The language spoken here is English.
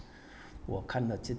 我看了